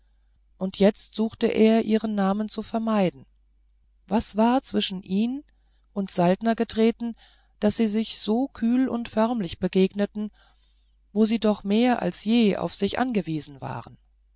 und jetzt suchte er ihren namen zu vermeiden was war zwischen ihn und saltner getreten daß sie sich so kühl und förmlich begegneten wo sie doch mehr als je auf sich angewiesen waren